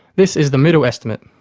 this is the middle estimate.